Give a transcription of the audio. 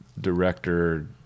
director